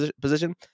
position